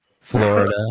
Florida